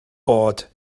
bod